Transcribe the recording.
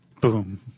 Boom